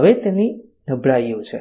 હવે તેની નબળાઈઓ છે